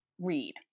read